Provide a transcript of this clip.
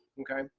okay?